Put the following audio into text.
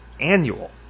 annual